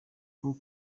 uko